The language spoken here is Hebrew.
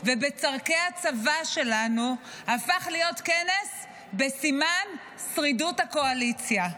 ובצורכי כצבא שלנו הפך להיות כנס בסימן שרידות הקואליציה.